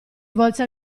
volse